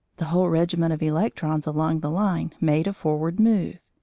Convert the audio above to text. the whole regiment of electrons along the line made a forward move.